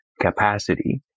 capacity